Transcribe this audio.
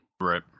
Right